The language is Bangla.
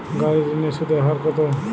গাড়ির ঋণের সুদের হার কতো?